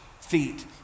feet